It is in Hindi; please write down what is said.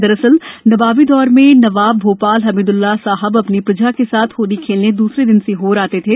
दरअसल नबाबी दौर में नबाब भोपाल हमीदुल्लाह साहब अपनी प्रजा के साथ होली खेलने द्रसरे दिन सीहोर आते थे